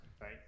right